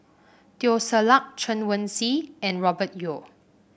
Teo Ser Luck Chen Wen Hsi and Robert Yeo